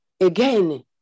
again